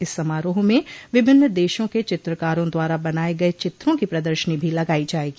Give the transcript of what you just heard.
इस समारोह में विभिन्न देशों के चित्रकारों द्वारा बनाये गये चित्रों की प्रदर्शनी भी लगायी जायेगी